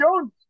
Jones